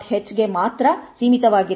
h ಗೆ ಮಾತ್ರ ಸೀಮಿತವಾಗಿರಬೇಕು